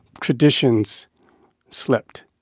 traditions slipped.